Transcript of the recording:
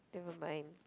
never mind